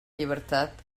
llibertat